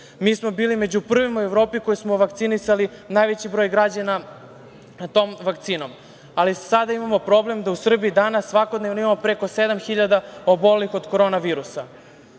Mi smo bili među prvima u Evropi koji smo vakcinisali najveći broj građana tom vakcinom, ali sada imamo problem da u Srbiji danas svakodnevno imamo preko sedam hiljada obolelih od korona virusa.